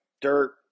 dirt